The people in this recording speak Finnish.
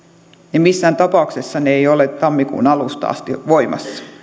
ja missään tapauksessa ne eivät ole tammikuun alusta asti voimassa